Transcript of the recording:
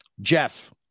Jeff